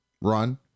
run